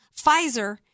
Pfizer